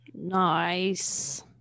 Nice